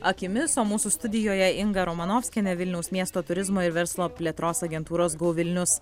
akimis o mūsų studijoje inga romanovskienė vilniaus miesto turizmo ir verslo plėtros agentūros govilnius